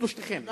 שלושתכם,